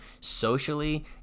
socially